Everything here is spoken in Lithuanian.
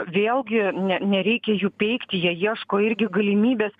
vėlgi ne nereikia jų peikti jie ieško irgi galimybės